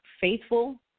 faithful